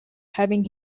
having